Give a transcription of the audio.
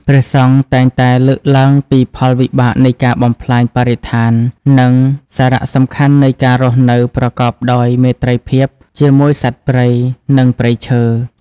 ព្រះសង្ឃតែងតែលើកឡើងពីផលវិបាកនៃការបំផ្លាញបរិស្ថាន និងសារៈសំខាន់នៃការរស់នៅប្រកបដោយមេត្រីភាពជាមួយសត្វព្រៃ និងព្រៃឈើ។